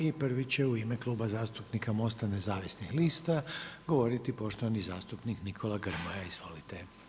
I prvi će u ime Kluba zastupnika MOST-a nezavisnih lista govoriti poštovani zastupnik Nikola Grmoja, izvolite.